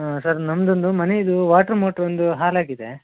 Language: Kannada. ಸರ್ ನಮ್ಮದೊಂದು ಮನೆದು ವಾಟ್ರ್ ಮೋಟ್ರೊಂದು ಹಾಳಾಗಿದೆ